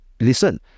listen